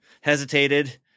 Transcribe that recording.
hesitated